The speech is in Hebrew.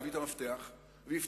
יביא את המפתח ויפתח,